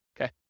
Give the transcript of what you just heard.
Okay